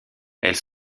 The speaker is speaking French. elles